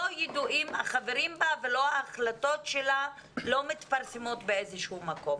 לא ידועים החברים בה וההחלטות שלה לא מתפרסמות באיזשהו מקום.